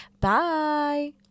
bye